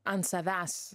ant savęs